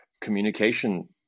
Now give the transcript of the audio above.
communication